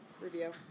review